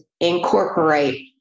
incorporate